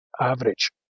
average